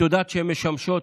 את יודעת שהן משמשות